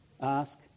ask